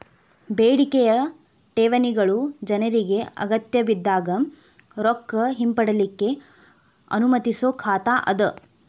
ಬೇಡಿಕೆಯ ಠೇವಣಿಗಳು ಜನ್ರಿಗೆ ಅಗತ್ಯಬಿದ್ದಾಗ್ ರೊಕ್ಕ ಹಿಂಪಡಿಲಿಕ್ಕೆ ಅನುಮತಿಸೊ ಖಾತಾ ಅದ